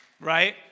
Right